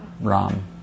Ram